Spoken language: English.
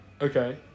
Okay